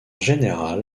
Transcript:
général